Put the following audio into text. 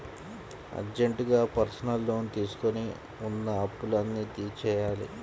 అర్జెంటుగా personal loan తీసుకొని ఉన్న అప్పులన్నీ తీర్చేయ్యాలి